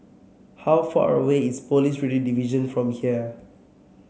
how far away is Police Radio Division from here